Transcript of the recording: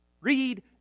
read